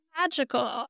magical